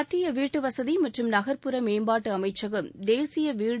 மத்திய வீட்டு வசதி மற்றும் நகர்ப்புற மேம்பாட்டு அமைச்சகம் தேசிய வீடு